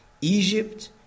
Egypt